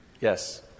Yes